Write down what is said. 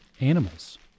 animals